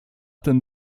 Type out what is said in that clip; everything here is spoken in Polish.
ten